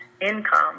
Income